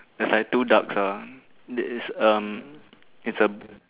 there's like two ducks ah it's a it's a